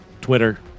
Twitter